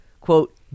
quote